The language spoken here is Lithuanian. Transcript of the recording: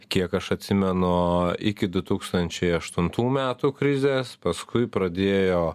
kiek aš atsimenu iki du tūkstančiai aštuntų metų krizės paskui pradėjo